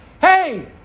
Hey